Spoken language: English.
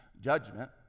judgment